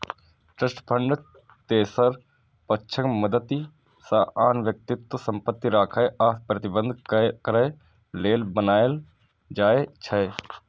trust fund तेसर पक्षक मदति सं आन व्यक्तिक संपत्ति राखै आ प्रबंधित करै लेल बनाएल जाइ छै